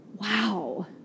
wow